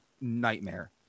nightmare